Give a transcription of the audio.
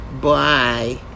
Bye